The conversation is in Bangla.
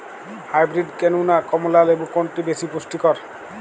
হাইব্রীড কেনু না কমলা লেবু কোনটি বেশি পুষ্টিকর?